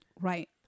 right